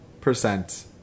percent